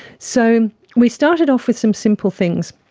so we started off with some simple things.